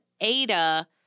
Ada